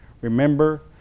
remember